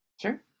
sure